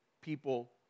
people